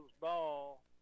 ball